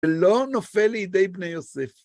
לא נופל לידי בני יוסף.